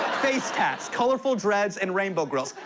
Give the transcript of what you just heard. face tats, colorful dreads and rainbow grills.